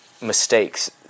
mistakes